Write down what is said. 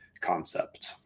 concept